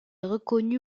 reconnu